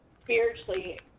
spiritually